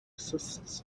assists